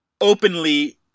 openly